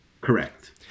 Correct